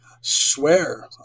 Swear